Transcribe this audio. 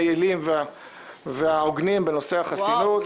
היעילים וההוגנים בנושא החסינות -- וואו,